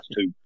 two